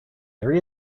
there